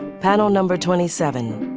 panel number twenty seven,